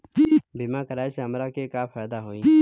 बीमा कराए से हमरा के का फायदा होई?